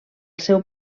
seu